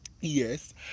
yes